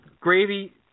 gravy